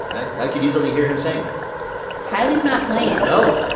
i could easily hear him saying that haile's not playing no.